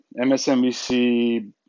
MSNBC